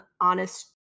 honest